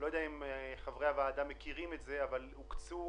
אני לא יודע אם חברי הוועדה מכירים, אבל הוקצו